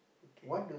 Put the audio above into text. okay